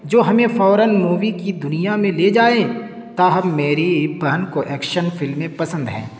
جو ہمیں فوراً مووی کی دنیا میں لے جائے تاہم میری بہن کو ایکشن فلمیں پسند ہیں